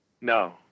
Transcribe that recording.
No